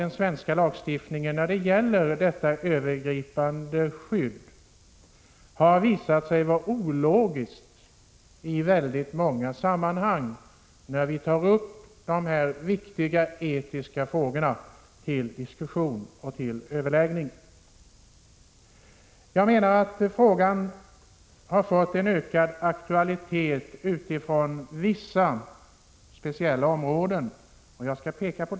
Den svenska lagstiftningen när det gäller detta övergripande skydd har i många sammanhang när vi tagit upp dessa viktiga etiska frågor till diskussion och överläggning visat sig vara bristfällig och ologisk. Frågan har fått en ökad aktualitet på vissa speciella områden, som jag vill peka på.